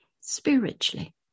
spiritually